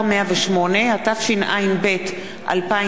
התשע"ב 2012,